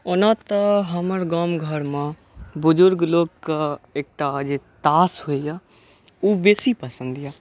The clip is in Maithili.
ओना तऽ हमर गाम घरमे बुजुर्ग लोकके एकटा जे तास होई यऽ ओ बेसी पसंद यऽ